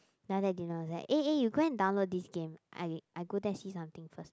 then after that Dylan was like eh eh you go and download this game I I go there see something first